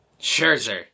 Scherzer